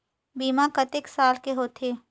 बीमा कतेक साल के होथे?